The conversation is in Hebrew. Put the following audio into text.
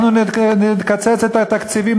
נקצץ את התקציבים,